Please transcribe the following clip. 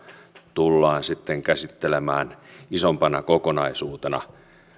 tullaan käsittelemään isompana kokonaisuutena